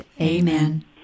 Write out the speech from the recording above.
Amen